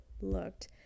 looked